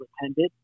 attended